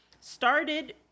started